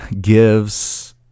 gives